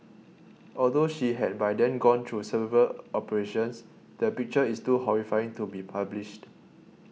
although she had by then gone through several operations the picture is too horrifying to be published